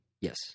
Yes